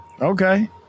okay